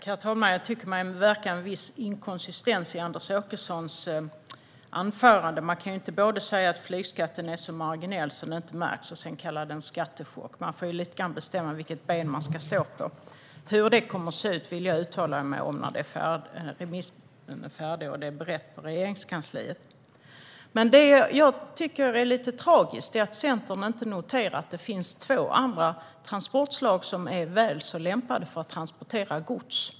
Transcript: Herr talman! Jag tycker mig märka en viss inkonsekvens i Anders Åkessons anförande. Man kan inte först säga att flygskatten är så marginell att den knappt märks och sedan tala om en skattechock. Man får bestämma sig för vilket ben man ska stå på. Hur det här kommer att se ut vill jag vänta med att uttala mig om till dess att remissen är färdig och detta är berett på Regeringskansliet. Jag tycker att det är lite tragiskt att Centern inte noterar att det finns två andra transportslag som är väl så lämpade för att transportera gods.